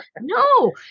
No